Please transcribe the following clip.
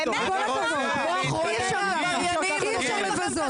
אי אפשר להיכנס מהדלת,